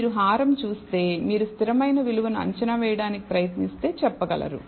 మీరు హారం చూస్తే మీరు స్థిరమైన విలువను అంచనా వేయడానికి ప్రయత్నిస్తే మీరు చెప్పగలరు